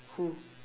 who